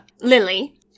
Lily